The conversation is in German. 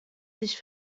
sich